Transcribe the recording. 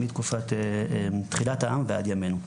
מתקופת תחילת העם ועד ימינו.